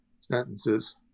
sentences